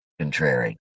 contrary